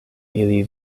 ili